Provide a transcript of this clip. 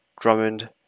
Drummond